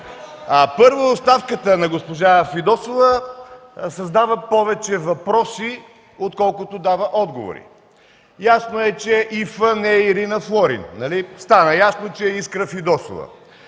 първо, оставката на госпожа Фидосова създава повече въпроси, отколкото дава отговори. Ясно е, че И.Ф. не е Ирина Флорин, стана ясно, че е Искра Фидосова.